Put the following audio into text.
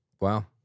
Wow